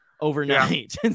overnight